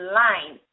line